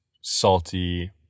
salty